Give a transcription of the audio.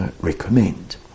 recommend